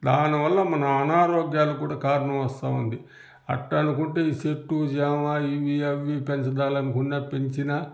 దాని వల్ల మన అనారోగ్యాలు కూడా కారణం వస్తావుంది అట్టనుకుంటే ఈ చెట్టు చేమా ఇవి అవి పెంచదాలనుకున్న పెంచినా